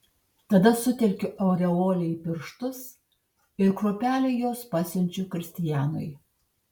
tada sutelkiu aureolę į pirštus ir kruopelę jos pasiunčiu kristianui